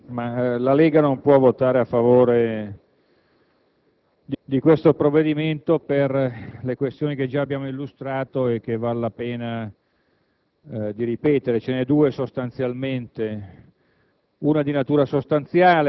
Signor Presidente, la Lega non può votare a favore di questo provvedimento per le motivazioni che abbiamo già illustrato e che vale la pena ripetere.